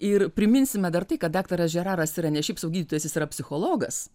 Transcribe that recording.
ir priminsime dar tai kad daktaras žeraras yra ne šiaip sau gydytojas jis yra psichologas